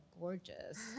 gorgeous